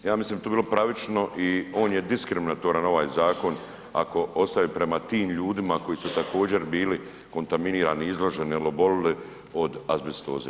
Ja mislim da bi to bilo pravično i on je diskriminatoran ovaj zakon ako ostaje prema tim ljudima koji su također bili kontaminirani, izloženi ili obolili od azbestoze.